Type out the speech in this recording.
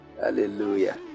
hallelujah